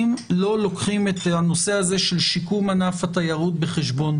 לא לוקחים את הנושא הזה של שיקום ענף התיירות בחשבון.